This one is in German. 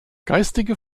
geistige